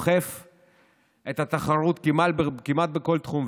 שדוחף את התחרות כמעט בכל תחום,